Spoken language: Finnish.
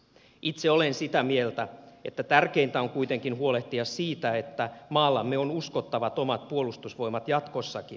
itse olen sitä mieltä että tärkeintä on kuitenkin huolehtia siitä että maallamme on uskottavat omat puolustusvoimat jatkossakin